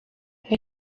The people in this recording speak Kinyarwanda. kuko